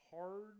hard